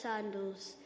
sandals